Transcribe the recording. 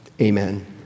Amen